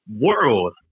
world